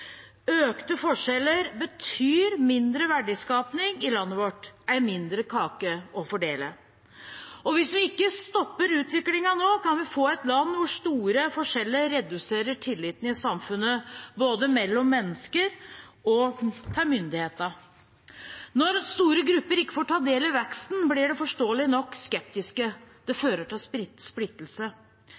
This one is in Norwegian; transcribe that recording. Økte forskjeller betyr mindre verdiskaping i landet vårt – en mindre kake å fordele. Og hvis vi ikke stopper utviklingen nå, kan vi få et land hvor store forskjeller reduserer tilliten i samfunnet, både mellom mennesker og til myndigheter. Når store grupper ikke får ta del i veksten, blir de forståelig nok skeptiske. Det fører til splittelse.